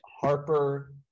Harper